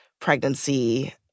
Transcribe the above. pregnancy